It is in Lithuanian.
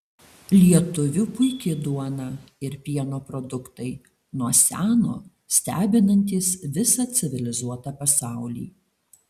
lietuvių puiki duona ir pieno produktai nuo seno stebinantys visą civilizuotą pasaulį